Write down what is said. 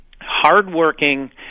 hardworking